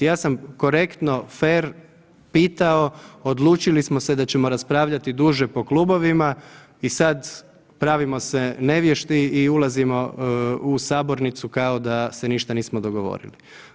Ja sam korektno fer pitao, odlučili smo se da ćemo raspravljati duže po klubovima i sad pravimo se nevješti i ulazimo u sabornicu kao da se ništa nismo dogovorili.